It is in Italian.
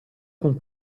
con